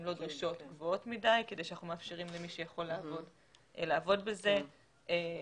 גבוהות מדי כדי לאפשר למי שיכול לעבוד בזה לעבוד.